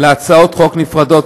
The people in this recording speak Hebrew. להצעות חוק נפרדות,